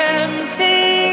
empty